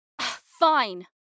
Fine